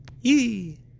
Yee